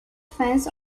fans